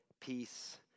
peace